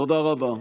תודה רבה.